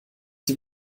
sie